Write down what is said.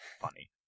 funny